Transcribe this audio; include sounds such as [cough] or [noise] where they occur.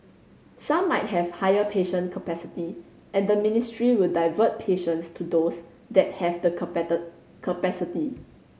some might have higher patient capacity and the ministry will divert patients to those that have the [unintelligible] capacity